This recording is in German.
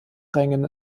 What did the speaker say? rängen